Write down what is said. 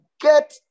get